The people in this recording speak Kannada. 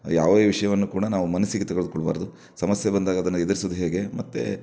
ಯಾವ ವಿಷಯವನ್ನು ಕೂಡ ನಾವು ಮನಸ್ಸಿಗೆ ತೆಗೆದುಕೊಳ್ಬಾರ್ದು ಸಮಸ್ಯೆ ಬಂದಾಗ ಅದನ್ನು ಎದ್ರಿಸೋದ್ ಹೇಗೆ ಮತ್ತು